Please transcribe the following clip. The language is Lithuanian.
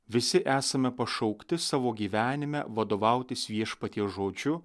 visi esame pašaukti savo gyvenime vadovautis viešpaties žodžiu